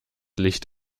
licht